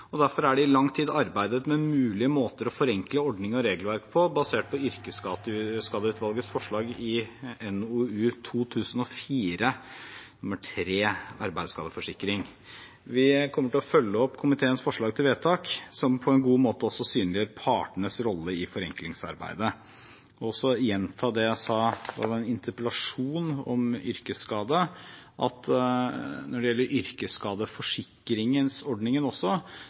ulemper. Derfor er det i lang tid arbeidet med mulige måter å forenkle ordning og regelverk på, basert på yrkesskadeutvalgets forslag i NOU 2004: 3, Arbeidsskadeforsikring. Vi kommer til å følge opp komiteens forslag til vedtak, som på en god måte også synliggjør partenes rolle i forenklingsarbeidet. Jeg vil også gjenta det jeg sa da det var en interpellasjon om yrkesskade, at når det gjelder yrkesskadeforsikringsordningen, kan det være grunn til også